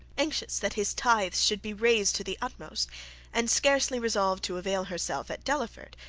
anxious that his tithes should be raised to the utmost and scarcely resolved to avail herself, at delaford,